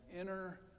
inner